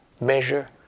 measure